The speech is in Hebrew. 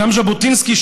גם ז'בוטינסקי,